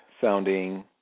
sounding